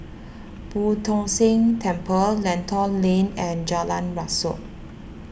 Boo Tong San Temple Lentor Lane and Jalan Rasok